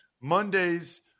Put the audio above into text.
Mondays